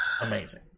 amazing